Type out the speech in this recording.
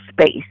space